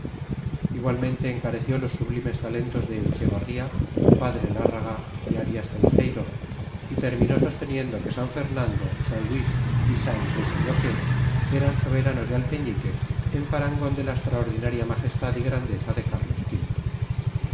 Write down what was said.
igualmente encareció los sublimes talentos de echevarría padre lárraga y arias teijeiro y terminó sosteniendo que san fernando san luis y san qué sé yo qué eran soberanos de alfeñique en parangón de la extraordinaria majestad y grandeza de carlos